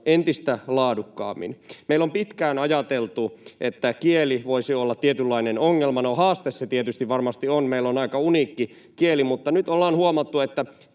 entistä laadukkaammin. Meillä on pitkään ajateltu, että kieli voisi olla tietynlainen ongelma. No, haaste se tietysti varmasti on: meillä on aika uniikki kieli. Mutta nyt ollaan — kiitos myös